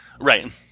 Right